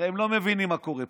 הרי הם לא מבינים מה קורה פה.